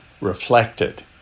reflected